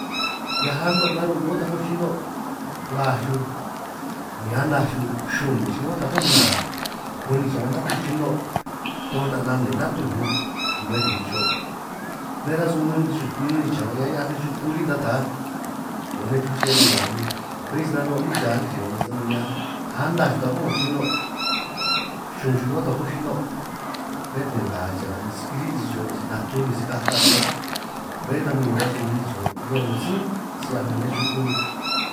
Hiaj ano' narun' hioo takó xino huaj xuj ni anaj xuj xun nin' xuj hioó takó nna, nun ninj xiñan' natúj xinón' toj 'na' nane, natúj ñunj nu'hue kiri' xo' nej rasun nun ninj xiñan' nun ninj xiñan' hia 'hiaj nej chuku lí ta taj, 'ngo nej chuche ta cha'nga ni bé si nano' lí cha lí, cha'nga nan sani hia anaj xuj takó 'ngo xino' xun xuj hioó takó xinó', bé ta nga si cha'nga ni si kirí' si xo' natu ni si kata ttan', bé ta huin 'ngo rasun nun ninj xiñan' riñan nej 'ngo sí si 'hiaj 'ngo nej chuku.